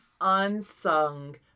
unsung